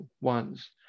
ones